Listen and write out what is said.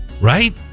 Right